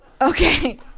Okay